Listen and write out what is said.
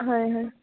হয় হয়